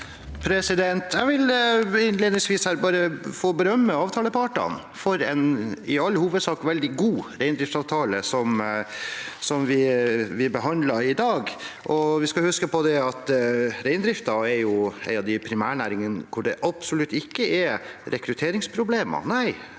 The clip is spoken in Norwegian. Jeg vil innledningsvis få berømme avtalepartene for en i all hovedsak veldig god reindriftsavtale, som vi behandler i dag. Vi skal huske på at reindriften er en av de primærnæringene hvor det absolutt ikke er rekrutteringsproblemer.